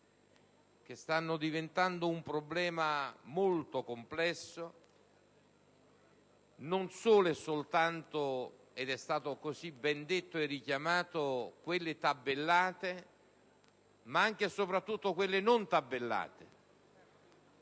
che stanno diventando un problema molto complesso. Non mi riferisco solo - è stato ben detto e richiamato - a quelle tabellate, ma anche e soprattutto a quelle non tabellate.